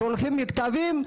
שולחים מכתבים,